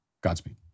Godspeed